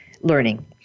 learning